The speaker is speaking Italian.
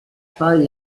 poi